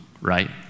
right